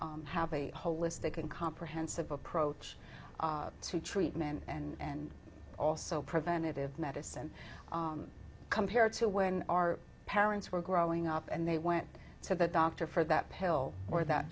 have a holistic and comprehensive approach to treatment and also preventive medicine compared to when our parents were growing up and they went to the doctor for that pill or that